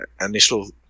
initial